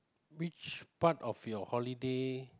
which part of your holiday